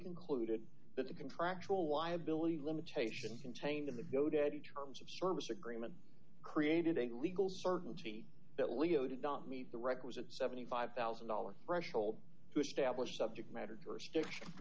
concluded that the contractual liability limitation contained in the go daddy terms of service agreement created a legal certainty that leo did not meet the requisite seventy five thousand dollars threshold to establish subject matter jurisdiction